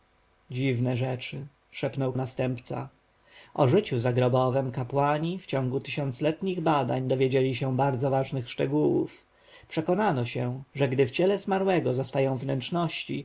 dziwne rzeczy szepnął następca o życiu zagrobowem kapłani w ciągu tysiącoletnich badań dowiedzieli się bardzo ważnych szczegółów przekonano się że gdy w ciele zmarłego zostają wnętrzności